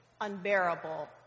unbearable